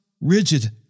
rigid